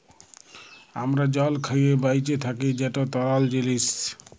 আমরা জল খাঁইয়ে বাঁইচে থ্যাকি যেট তরল জিলিস